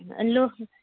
लु